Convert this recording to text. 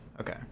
Okay